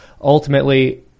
ultimately